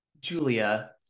Julia